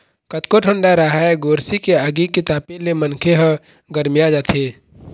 कतको ठंडा राहय गोरसी के आगी के तापे ले मनखे ह गरमिया जाथे